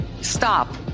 stop